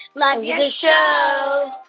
love yeah your show.